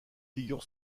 figure